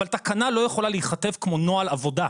אבל תקנה לא יכולה להיכתב כמו נוהל עבודה.